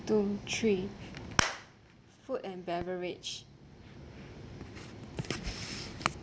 two three food and beverage